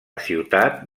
ciutat